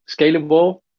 scalable